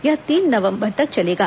यह तीन नवंबर तक चलेगा